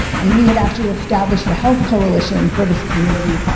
and we had actually established a health coalition for this community,